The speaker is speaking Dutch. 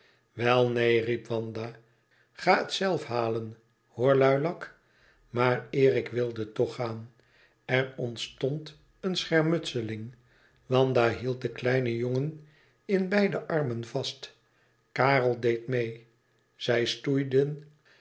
wel neen riep wanda ga het zelf halen hoor luilak maar erik wilde toch gaan er ontstond een schermutseling wanda hield den kleinen jongen in beide armen vast karel deed meê zij stoeiden